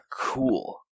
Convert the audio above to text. cool